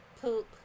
Poop